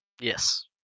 Yes